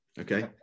okay